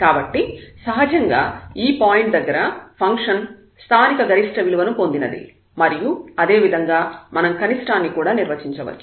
కాబట్టి సహజంగా ఈ పాయింట్ దగ్గర ఫంక్షన్ స్థానిక గరిష్ట విలువను పొందినది మరియు అదేవిధంగా మనం కనిష్ఠాన్ని కూడా నిర్వచించవచ్చు